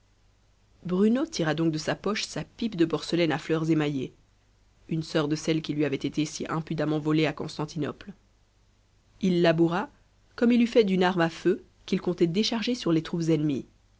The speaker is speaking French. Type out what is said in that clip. bruno tira donc de sa poche sa pipe de porcelaine à fleurs émaillées une soeur de celle qui lui avait été si impudemment volée à constantinople il la bourra comme il eût fait d'une arme à feu qu'il comptait décharger sur les troupes ennemies